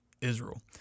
Israel